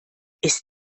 ist